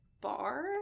bar